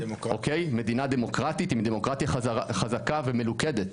מדינה דמוקרטית עם דמוקרטיה חזקה ומלוכדת?